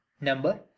number